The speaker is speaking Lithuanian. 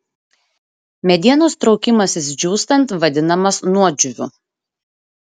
medienos traukimasis džiūstant vadinamas nuodžiūviu